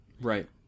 right